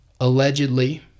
allegedly